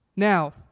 Now